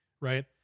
right